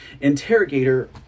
interrogator